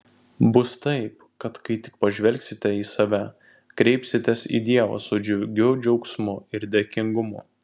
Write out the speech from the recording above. bus taip kad kai tik pažvelgsite į save kreipsitės į dievą su džiugiu džiaugsmu ir dėkingumu